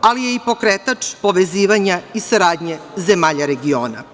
ali je i pokretač povezivanja i saradnje zemalja regiona.